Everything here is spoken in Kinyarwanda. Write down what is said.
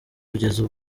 kugeza